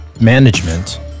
Management